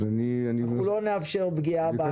אנחנו לא נאפשר פגיעה בעניים.